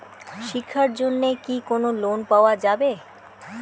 শিক্ষার জন্যে কি কোনো লোন পাওয়া যাবে?